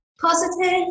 Positive